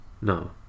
No